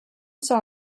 saw